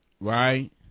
Right